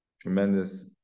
tremendous